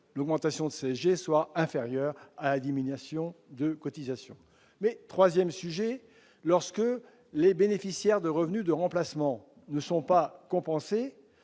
l'augmentation de ces jets soit inférieur à élimination de cotisation mais 3ème sujet lorsque les bénéficiaires de revenus de remplacement ne sont pas compenser